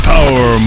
Power